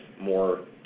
more